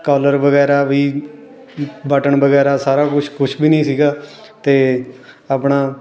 collar ਵਗੈਰਾ ਵੀ button ਵਗੈਰਾ ਸਾਰਾ ਕੁਛ ਕੁਛ ਵੀ ਨਹੀਂ ਸੀਗਾ ਅਤੇ ਆਪਣਾ